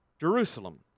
Jerusalem